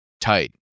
tight